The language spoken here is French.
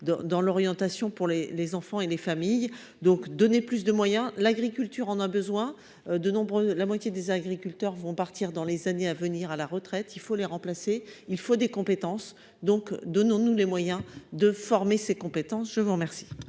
dans l'orientation pour les les enfants et les familles, donc : donner plus de moyens, l'agriculture en a besoin de nombreux la moitié des agriculteurs vont partir dans les années à venir à la retraite, il faut les remplacer, il faut des compétences donc donnons-nous les moyens de former ses compétences, je vous remercie.